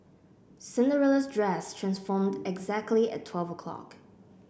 Cinderella's dress transformed exactly at twelve o'clock